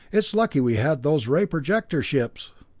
it's lucky we had those ray projector ships!